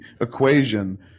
equation